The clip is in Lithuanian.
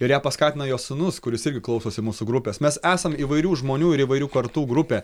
ir ją paskatina jos sūnus kuris irgi klausosi mūsų grupės mes esam įvairių žmonių ir įvairių kartų grupė